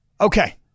Okay